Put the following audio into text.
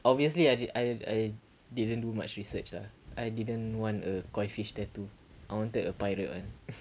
obviously I di~ I I didn't do much research ah I didn't want a koi fish tattoo I wanted a pirate [one]